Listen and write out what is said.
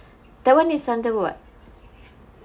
that [one] is under what